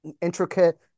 intricate